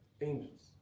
angels